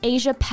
Asia